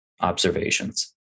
observations